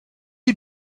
you